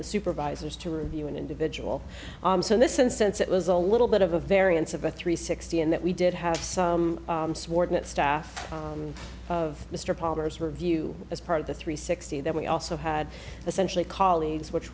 the supervisors to review an individual so this instance it was a little bit of a variance of a three sixty in that we did have some sworn at staff of mr palmer's review as part of the three sixty that we also had essentially colleagues which